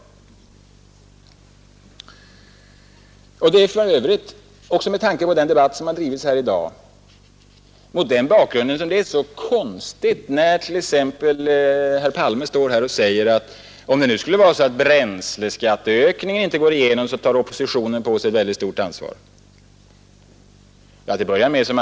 Det är för övrigt också mot bakgrunden av den debatt som har förts här i dag konstigt då t.ex. herr Palme säger att oppositionen tar på sig ett mycket stort ansvar om höjningen av bensinskatten inte går igenom.